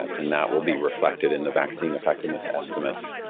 and that will be reflected in the vaccine effectiveness estimates.